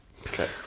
Okay